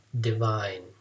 divine